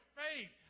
faith